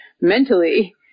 mentally